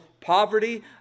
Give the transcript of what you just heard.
poverty